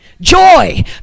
Joy